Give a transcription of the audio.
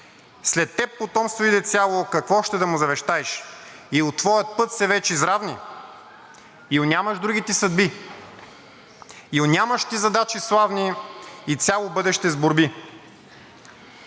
След теб потомство иде цяло – какво ще да му завещайш? Ил твоят път се веч изравни? Ил нямаш други ти съдби? Ил нямаш ти задачи славни и цяло бъдеще с борби?“